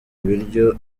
ibiryo